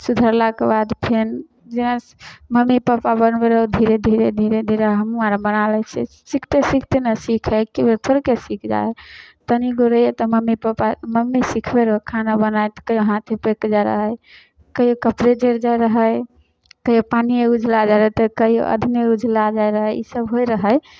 सुधरलाके बाद फेन जेना मम्मी पापा बनबैत रहै धीरे धीरे धीरे धीरे हमहुँ आर बना लै छियै सीखते सीखते ने सिखै है एके बेर थोड़ कोइ सीख जाइ है तनीगो रहियै तऽ मम्मी पापा मम्मी सिखबै रहै खाना बनाइत तऽ कहियो हाथे पैक जाइ रहै कहियो कपड़े जैरि जाइ रहै कहियौ पानिये ऊझला जाइ रहै तऽ कहियो अधने ऊझला जाइ रहै ईसब होइ रहै